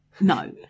no